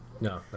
No